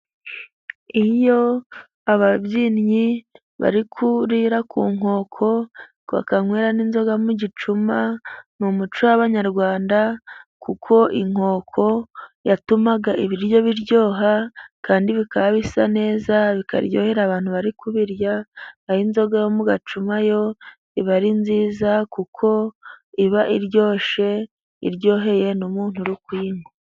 Iyo ababyinnyi bari kurira ku nkoko bakanywera n'inzoga mu gicuma, ni umuco w'abanyarwanda kuko inkoko yatumaga ibiryo biryoha kandi bikaba bisa neza bikaryohera abantu bari kubirya naho inzoga yo mugacuma yo iba ari nziza kuko iba iryoshye, iryoheye n'umuntu uri kuyinywa.